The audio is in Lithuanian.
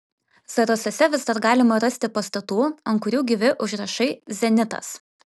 zarasuose vis dar galima rasti pastatų ant kurių gyvi užrašai zenitas